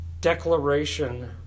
declaration